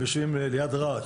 הם יושבים ליד רהט,